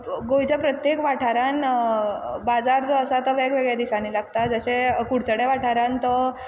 गोंयच्या प्रत्येक वाठारान बाजार जो आसा तो वेगवेगळ्या दिसांनी लागता जशें कुडचडे वाठारान तो